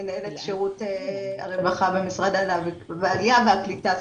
מנהלת שירות הרווחה במשרד העלייה והקליטה,